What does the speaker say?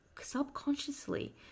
subconsciously